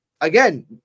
again